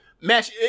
match